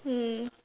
mm